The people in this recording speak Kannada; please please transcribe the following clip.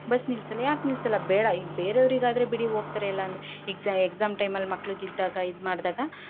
ಬಸ್ ನಿಲ್ಲಿಸಲ್ಲ ಯಾಕೆ ನಿಲ್ಲಿಸಲ್ಲ ಬೇಡ ಈಗ ಬೇರೆಯವ್ರಿಗೆ ಆದರೆ ಬಿಡಿ ಹೋಗ್ತರೆ ಎಲ್ಲಾಂದ್ರೆ ಎಕ್ಸಾ ಎಕ್ಸಾಮ್ ಟೈಮಲ್ಲಿ ಮಕ್ಳಿಗಿದ್ದಾಗ ಇದು ಮಾಡಿದಾಗ